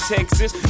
Texas